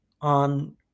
on